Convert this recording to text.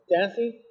dancing